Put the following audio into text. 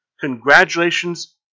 Congratulations